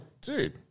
dude